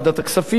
עשרות דיונים,